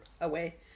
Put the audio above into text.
away